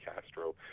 castro